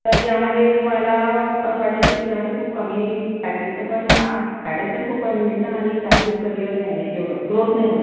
तर यामध्ये मला असं वाटते की त्याच्यामध्ये खूप कमी पॅकेजचं पण पॅकेज पण खूप कमी मिळतं आणि त्यामध्ये करिअर नाही आहे एवढं ग्रोथ नाही होत